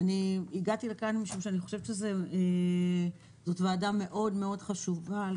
אני הגעתי לכאן משום שאני חושבת שזאת ועדה מאוד מאוד חשובה על